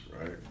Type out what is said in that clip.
Right